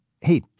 hey